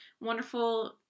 wonderful